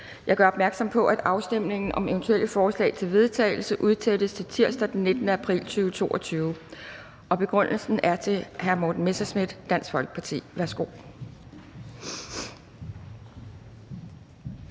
Jeg gør opmærksom på, at afstemning om eventuelle forslag til vedtagelse udsættes til tirsdag den 19. april 2022. Begrundelsen er fra hr. Morten Messerschmidt, Dansk Folkeparti. Værsgo.